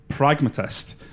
pragmatist